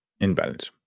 invalid